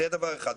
זה דבר אחד.